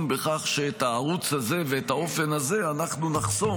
בכך שאת הערוץ ואת האופן הזה אנחנו נחסום,